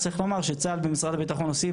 צריך לומר שצה"ל ומשרד הביטחון עושים